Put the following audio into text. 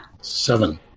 seven